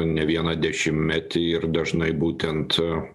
ne vieną dešimtmetį ir dažnai būtent